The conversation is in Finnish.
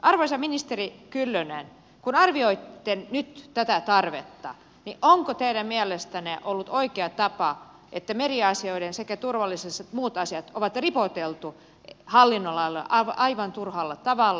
arvoisa ministeri kyllönen kun arvioitte nyt tätä tarvetta niin onko teidän mielestänne ollut oikea tapa se että meriasioiden sekä turvallisuus että muut asiat on ripoteltu hallinnonalalle aivan turhalla tavalla